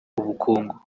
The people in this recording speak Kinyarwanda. ubukungu